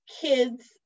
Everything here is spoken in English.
kids